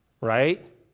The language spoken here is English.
Right